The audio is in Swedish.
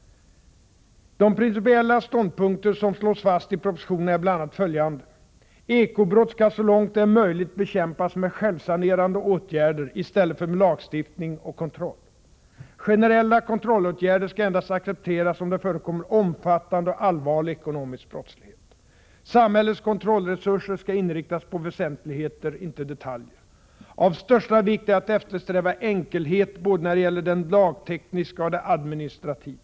De principiella ståndpunkter som slås fast i propositionen är bl.a. följande: Oo Eko-brott skall så långt det är möjligt bekämpas med självsanerande åtgärder i stället för med lagstiftning och kontroll. o Generella kontrollåtgärder skall endast accepteras om det förekommer omfattande och allvarlig ekonomisk brottslighet. Oo Samhällets kontrollresurser skall inriktas på väsentligheter — inte detaljer. O Av största vikt är att eftersträva enkelhet både när det gäller det lagtekniska och när det gäller det administrativa.